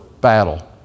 battle